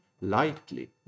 lightly